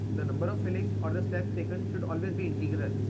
the number of fillings or the steps taken should always be integral.